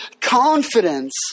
confidence